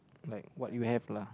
like what you have lah